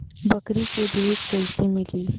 बकरी क दूध कईसे मिली?